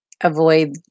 avoid